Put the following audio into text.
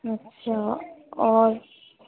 اچھا اور